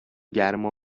گرما